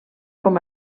com